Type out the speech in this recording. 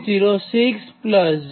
06j0